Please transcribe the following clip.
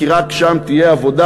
כי רק שם תהיה עבודה.